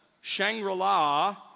Shangri-La